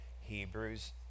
Hebrews